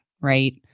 right